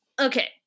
Okay